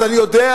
אז אני יודע,